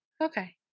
Okay